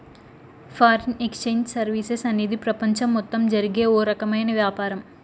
foreign exchange services అనేది ప్రపంచం మొత్తం జరిగే ఓ రకమైన వ్యాపారం